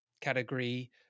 category